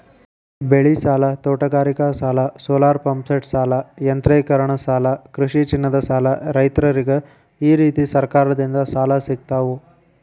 ಬೆಳಿಸಾಲ, ತೋಟಗಾರಿಕಾಸಾಲ, ಸೋಲಾರಪಂಪ್ಸೆಟಸಾಲ, ಯಾಂತ್ರೇಕರಣಸಾಲ ಕೃಷಿಚಿನ್ನದಸಾಲ ರೈತ್ರರಿಗ ಈರೇತಿ ಸರಕಾರದಿಂದ ಸಾಲ ಸಿಗ್ತಾವು